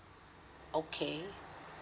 okay